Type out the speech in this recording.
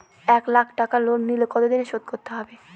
এক লাখ টাকা লোন নিলে কতদিনে শোধ করতে হবে?